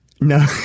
No